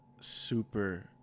super